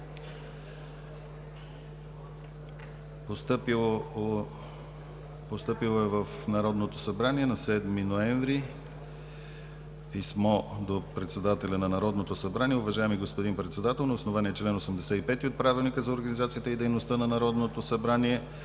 постъпило в Народното събрание писмо до Председателя на Народното събрание: „Уважаеми господин Председател, на основание чл. 85 от Правилника за организацията и дейността на Народното събрание,